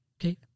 Okay